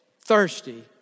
thirsty